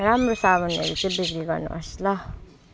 राम्रो साबुनहरू चाहिँ बिक्री गर्नुहोस् ल